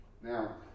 Now